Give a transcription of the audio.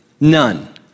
None